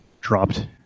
dropped